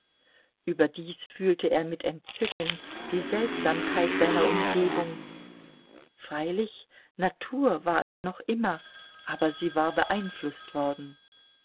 überdies fühlte er mit entzücken die seltsamkeit seiner umgebung freilich natur war es noch immer aber sie war beeinflußt worden